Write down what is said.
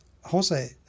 Jose